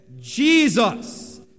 Jesus